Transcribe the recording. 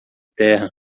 terra